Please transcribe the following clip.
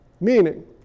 Meaning